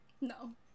No